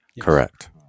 Correct